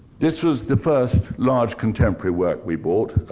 this was the first large contemporary work we bought,